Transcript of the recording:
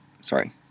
sorry